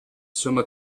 summa